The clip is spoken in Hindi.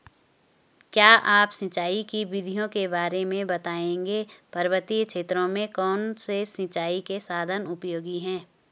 क्या आप सिंचाई की विधियों के बारे में बताएंगे पर्वतीय क्षेत्रों में कौन से सिंचाई के साधन उपयोगी हैं?